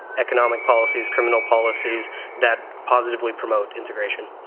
economic policies, criminal policies that positively promote integration?